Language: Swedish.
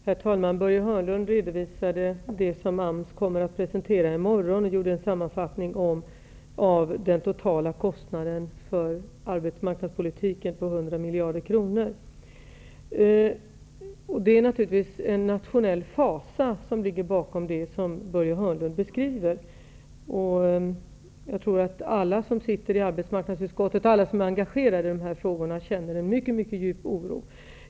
Herr talman! Börje Hörnlund redovisade det som AMS kommer att presentera i morgon och gjorde en sammanfattning av den totala kostnaden för arbetsmarknadspolitiken, som är 100 miljarder kronor. Det är naturligtvis en nationell fasa som ligger bakom det som Börje Hörnlund beskriver. Jag tror att alla som sitter i arbetsmarknadsutskottet och alla som är engagerade i de här frågorna känner en mycket djup oro.